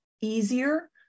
easier